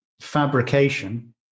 fabrication